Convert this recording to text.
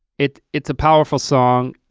it's it's a powerful song.